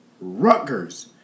Rutgers